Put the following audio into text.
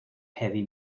heavy